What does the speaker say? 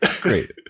Great